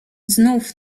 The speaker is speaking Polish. znów